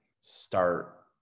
start